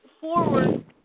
forward